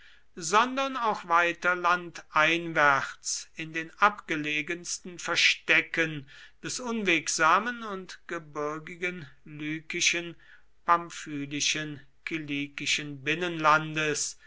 sondern auch weiter landeinwärts in den abgelegensten verstecken des unwegsamen und gebirgigen lykischen pamphylischen kilikischen binnenlandes